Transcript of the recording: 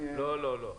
לא, לא.